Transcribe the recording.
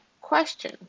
question